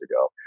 ago